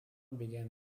began